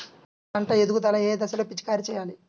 పంట ఎదుగుదల ఏ దశలో పిచికారీ చేయాలి?